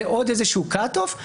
זה עוד איזה cut off.